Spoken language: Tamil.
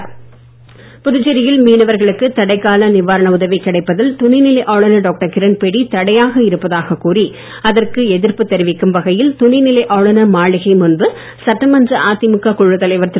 அன்பழகன் புதுச்சேரியில் மீனவர்களுக்கு தடைக்கால நிவாரண உதவி கிடைப்பதில் துணைநிலை ஆளுநர் டாக்டர் கிரண்பேடி தடையாக இருப்பதாக கூறி அதற்கு எதிர்ப்பு தெரிவிக்கும் வகையில் துணை நிலை ஆளுநர் மாளிகை முன்பு சட்டமன்ற அதிமுக குழுத்தலைவர் திரு